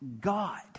God